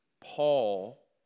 Paul